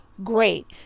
great